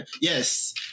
Yes